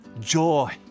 joy